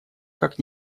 как